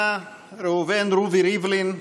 רובי ריבלין,